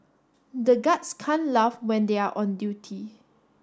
the guards can't laugh when they are on duty